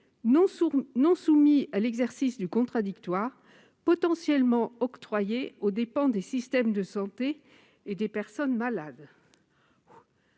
non soumis à l'exercice du contradictoire, potentiellement octroyés aux dépens des systèmes de santé et des personnes malades.